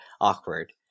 awkward